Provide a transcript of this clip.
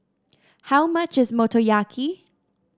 how much is Motoyaki